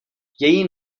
její